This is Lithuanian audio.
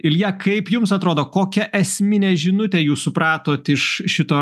ilja kaip jums atrodo kokia esminė žinutė jūs supratot iš šito